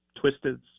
twisted